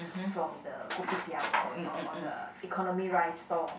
from the kopitiam or or or the economy rice stall